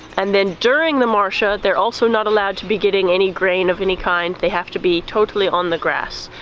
and then during the marcha, they're also not allowed to be getting any grain of any kind. they have to be totally on the grass.